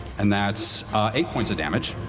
and that's eight points of damage.